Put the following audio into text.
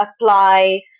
apply